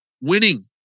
winning